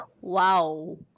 Wow